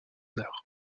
arts